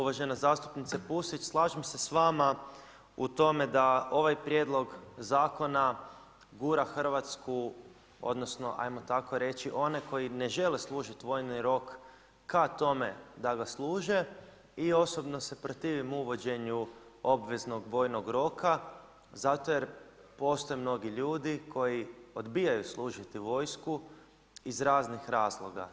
Uvažena zastupnice Pusić, slažem se s vama u tome da ovaj prijedlog zakona gura Hrvatsku odnosno ajmo tako reći one koji ne žele služiti vojni rok ka tome da ga služe i osobno se protivim uvođenju obveznog vojnog roka zato jer postoje mnogi ljudi koji odbijaju služiti vojsku iz raznih razloga.